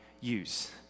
use